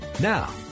Now